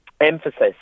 emphasis